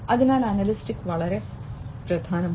അതിനാൽ അനലിറ്റിക്സ് വളരെ പ്രധാനമാണ്